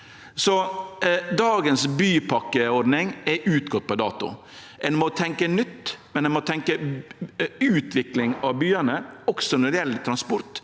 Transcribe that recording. Dagens bypakkeordning er utgått på dato. Ein må tenkje nytt, men ein må tenkje utvikling av byane også når det gjeld transport.